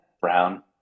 Brown